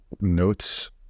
notes